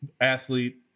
athlete